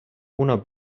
una